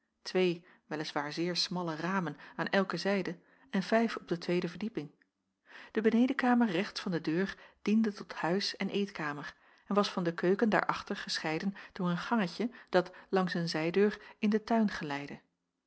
twee wel is waar zeer smalle ramen aan elke zijde en vijf op de tweede verdieping de benedenkamer rechts van de deur diende tot huis en eetkamer en was van de keuken daarachter gescheiden door een gangetje dat langs een zijdeur in den tuin geleidde